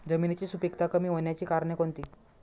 जमिनीची सुपिकता कमी होण्याची कारणे कोणती?